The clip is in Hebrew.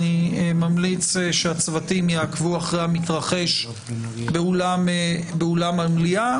אני ממליץ שהצוותים יעקבו אחרי המתרחש באולם המליאה,